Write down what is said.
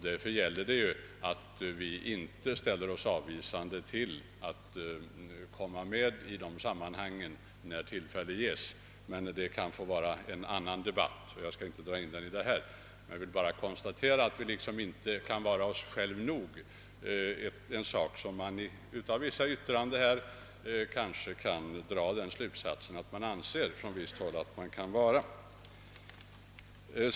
Därför får vi inte ställa oss avvisande till att komma med i en större internationell marknad när tillfälle därtill ges — men det är en annan fråga, och jag skall inte dra in den frågam nu. Jag vill endast konstatera att vi inte kan vara oss själva nog — av vissa yttranden kan man dra den slutsatsen att en del personer anser att vi kan det.